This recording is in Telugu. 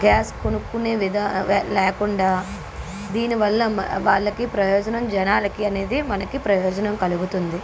గ్యాస్ కొనుక్కునే విధానం లేకుండా దీనివల్ల వాళ్ళకి ప్రయోజనం జనాలకి అనేది మనకి ప్రయోజనం కలుగుతుంది